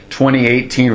2018